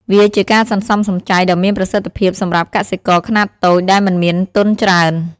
វាជាការសន្សំសំចៃដ៏មានប្រសិទ្ធភាពសម្រាប់កសិករខ្នាតតូចដែលមិនមានទុនច្រើន។